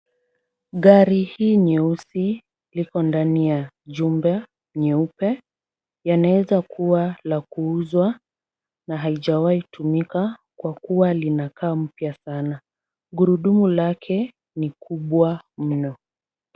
Gari hii nyeusi Iko ndani ya chumba nyeupe , yanaweza kua la kuuzwa na haijawai tumika kwa kuwa linakaa mpya sana ,gurudumu lake ni kubwa mno